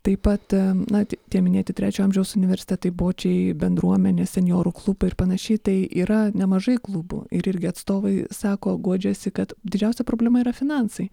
taip pat na tie minėti trečio amžiaus universitetai bočiai bendruomenė senjorų klubai ir panašiai tai yra nemažai klubų ir irgi atstovai sako guodžiasi kad didžiausia problema yra finansai